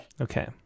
Okay